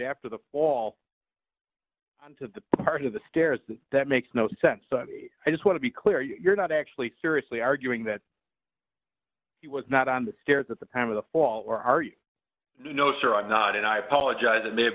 after the fall to the part of the stairs that makes no sense but i just want to be clear you're not actually seriously arguing that he was not on the stairs at the time of the fall or are you no sir i'm not and i apologize it may have